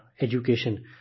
education